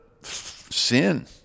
sin